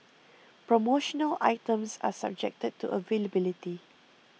promotional items are subjected to availability